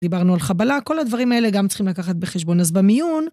דיברנו על חבלה, כל הדברים האלה גם צריכים לקחת בחשבון. אז במיון